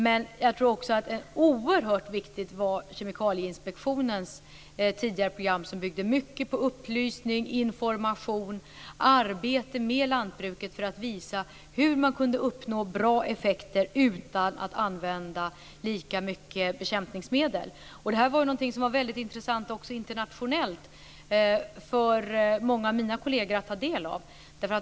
Men jag tror också att Kemikalieinspektionens tidigare program var oerhört viktigt. Det byggde mycket på upplysning, information och arbete med lantbruket för att visa hur man kunde uppnå bra effekter utan att använda lika mycket bekämpningsmedel. Det här var väldigt intressant också internationellt för många av mina kolleger att ta del av.